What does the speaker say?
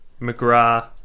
McGrath